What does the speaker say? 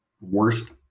worst